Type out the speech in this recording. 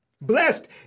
Blessed